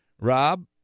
Rob